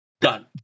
Done